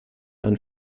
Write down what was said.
ihren